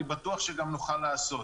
אני בטוח שגם נוכל לעשות.